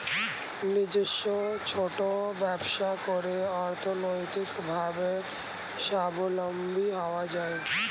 নিজস্ব ছোট ব্যবসা করে অর্থনৈতিকভাবে স্বাবলম্বী হওয়া যায়